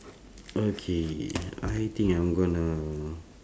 okay I think I'm gonna